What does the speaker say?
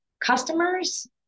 customers